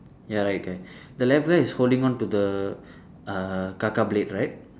ya right guy the left guy is holding on to the uh Kaka blade right